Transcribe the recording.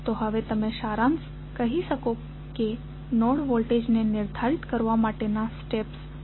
તો હવે તમે સારાંશ કરી શકો છો કે નોડ વોલ્ટેજને નિર્ધારિત કરવા માટેનાં સ્ટેપ્સ શું છે